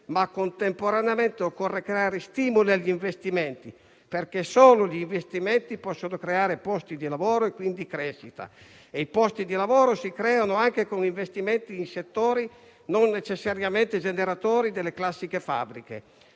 ma contemporaneamente occorre creare stimoli agli investimenti, perché solo questi ultimi possono creare posti di lavoro e quindi crescita e i posti di lavoro si creano anche con investimenti in settori non necessariamente generatori delle classiche fabbriche.